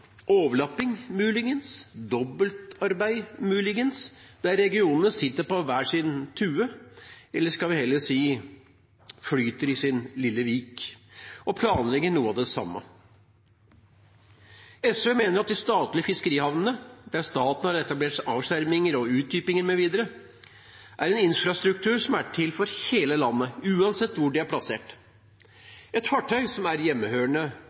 om dobbeltarbeid, der regionene sitter på hver sin tue, eller skal vi heller si flyter i hver sin lille vik, og planlegger noe av det samme. SV mener at de statlige fiskerihavnene, der staten har etablert avskjerminger og utdypinger mv., er en infrastruktur som er til for hele landet, uansett hvor de er plassert. Fartøy som er hjemmehørende